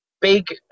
big